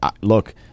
look